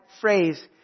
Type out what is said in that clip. phrase